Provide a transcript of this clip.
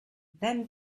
then